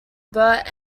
burt